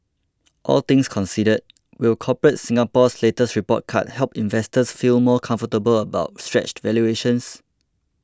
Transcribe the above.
all things considered will Corporate Singapore's latest report card help investors feel more comfortable about stretched valuations